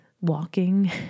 walking